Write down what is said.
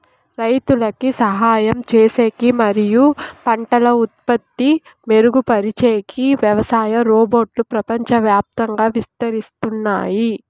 రైతులకు సహాయం చేసేకి మరియు పంటల ఉత్పత్తి మెరుగుపరిచేకి వ్యవసాయ రోబోట్లు ప్రపంచవ్యాప్తంగా విస్తరిస్తున్నాయి